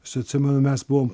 aš atsimenu mes buvom